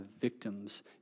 victims